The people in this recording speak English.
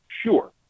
Sure